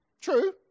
True